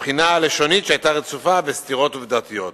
מהבחינה הלשונית שהיתה רצופה בסתירות עובדתיות.